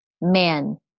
man